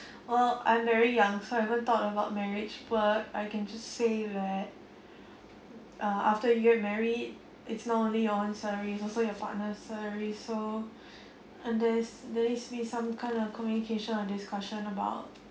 uh I'm very young so haven't thought about marriage but I can just say that uh after you get married it's not only your's salary also your partner's salary so and there's there needs some kind of communication and discussion about